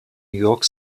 york